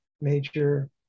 major